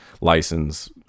license